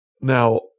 Now